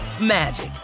magic